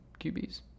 QBs